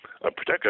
protect